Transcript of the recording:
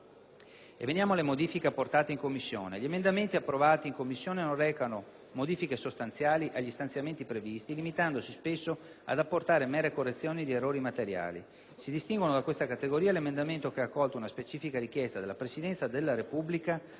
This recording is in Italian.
Veniamo alle modifiche apportate in Commissione. Gli emendamenti approvati non recano modifiche sostanziali agli stanziamenti previsti, limitandosi spesso ad apportare mere correzioni di errori materiali. Si distinguono da questa categoria l'emendamento che ha accolto una specifica richiesta della Presidenza della Repubblica,